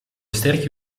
sterke